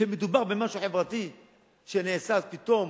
כשמדובר במשהו חברתי שנעשה, פתאום